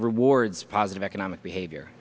rewards positive economic behavior